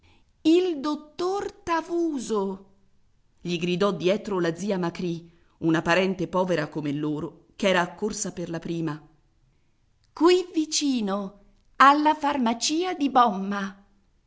il dottor tavuso gli gridò dietro la zia macrì una parente povera come loro ch'era accorsa per la prima qui vicino alla farmacia di bomma